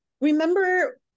Remember